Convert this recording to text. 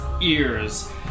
ears